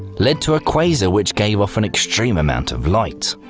led to a quasar which gave off an extreme amount of light.